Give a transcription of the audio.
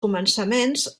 començaments